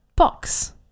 box